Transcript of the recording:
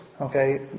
okay